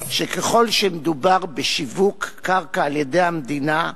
שככל שמדובר בשיווק קרקע על-ידי המדינה,